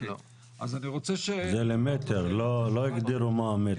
זה למטר, לא הגדירו מה המטר.